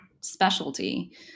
specialty